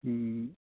ਹਮ